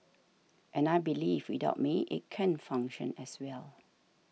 and I believe without me it can function as well